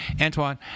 Antoine